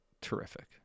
terrific